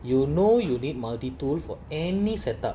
you know you need multi tool for any setup